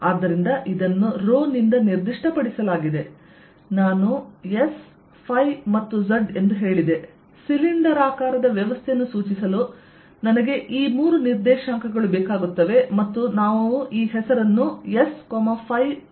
ಆದ್ದರಿಂದ ಇದನ್ನು ರೋ ನಿಂದ ನಿರ್ದಿಷ್ಟಪಡಿಸಲಾಗಿದೆ ನಾನು S ಫೈ ಮತ್ತು Z ಎಂದು ಹೇಳಿದೆ ಸಿಲಿಂಡರಾಕಾರದ ವ್ಯವಸ್ಥೆಯನ್ನು ಸೂಚಿಸಲು ನನಗೆ ಮೂರು ನಿರ್ದೇಶಾಂಕಗಳು ಬೇಕಾಗುತ್ತವೆ ಮತ್ತು ನಾವು ಈ ಹೆಸರನ್ನು S ಫೈ ಮತ್ತು Z ಎಂದು ನೀಡಿದ್ದೇವೆ